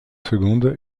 secondes